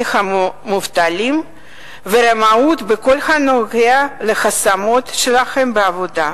המובטלים ורמאות בכל הנוגע להשמות שלהם בעבודה.